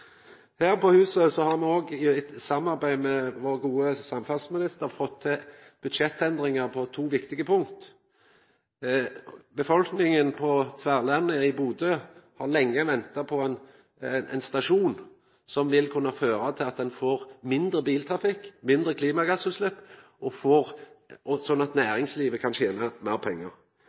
Her på huset har me òg i samarbeid med vår gode samferdselsminister fått til budsjettendringar på to viktige punkt. Befolkninga på Tverlandet i Bodø har lenge venta på ein stasjon, som vil kunna føra til at ein får mindre biltrafikk, mindre klimagassutslepp og til at næringslivet kan tena meir pengar.